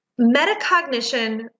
metacognition